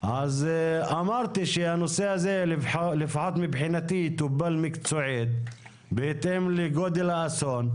אז אמרתי שהנושא הזה לפחות מבחינתי יטופל מקצועית בהתאם לגודל האסון,